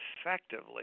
effectively